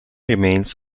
remains